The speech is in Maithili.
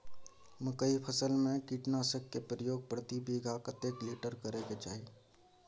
मकई फसल में कीटनासक के प्रयोग प्रति बीघा कतेक लीटर करय के चाही?